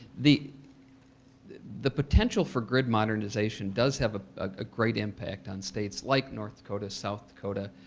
the the the potential for grid modernization does have ah a great impact on states like north dakota, south dakota,